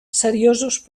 seriosos